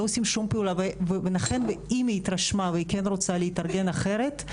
לא עושים שום פעולה ולכן אם היא התרשמה והיא כן רוצה להתארגן אחרת,